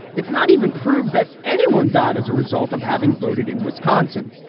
it's not even proved that anyone died as a result of having voted in wisconsin.